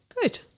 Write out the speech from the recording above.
good